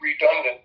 redundant